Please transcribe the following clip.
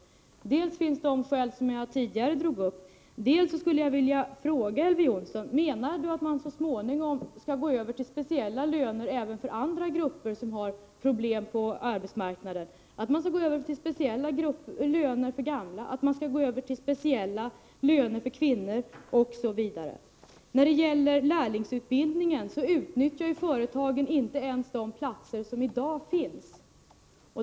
Jag vill dels mot detta anföra de skäl jag tidigare tog upp, dels fråga Elver Jonsson: Menar Elver Jonsson att man så småningom skall gå över till speciella löner även för andra grupper som har problem på arbetsmarknaden, att man skall gå över till speciella löner för gamla, speciella löner för kvinnor osv.? När det gäller lärlingsutbildningen utnyttjar företagen inte ens de platser som i dag finns.